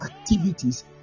activities